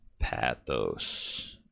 Pathos